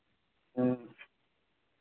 ᱦᱮᱸ